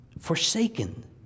Forsaken